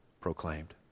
proclaimed